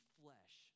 flesh